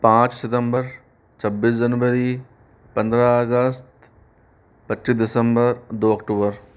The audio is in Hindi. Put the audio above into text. पाँच सितम्बर छब्बीस जनवरी पन्द्रह अगस्त पच्चीस दिसम्बर दो अक्टूबर